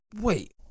Wait